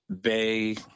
Bay